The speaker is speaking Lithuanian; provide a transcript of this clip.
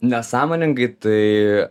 nesąmoningai tai